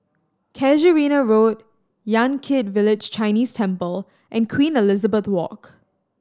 Casuarina Road Yan Kit Village Chinese Temple and Queen Elizabeth Walk